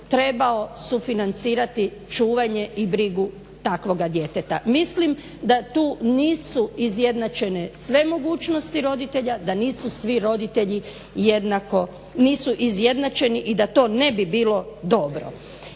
trebao sufinancirati čuvanje i brigu takvoga djeteta. Mislim da tu nisu izjednačene sve mogućnosti roditelja, da nisu svi roditelji jednako nisu izjednačeni i da to ne bi bilo dobro.